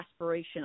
aspirational